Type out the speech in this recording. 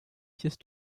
pièces